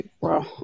bro